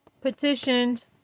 petitioned